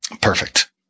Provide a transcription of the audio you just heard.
Perfect